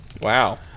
wow